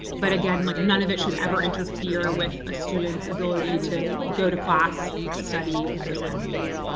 but again like none of it should ever interfere with a student's ability to go to class, study, those kinds of things.